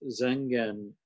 Zengen